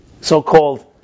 so-called